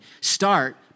start